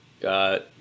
got